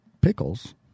pickles